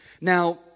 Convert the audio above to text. Now